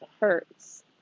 hurts